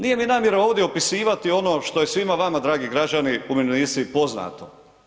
Nije mi namjera ovdje opisivati ono što je svima vama dragi građani umirovljenici poznato.